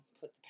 put